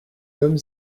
comme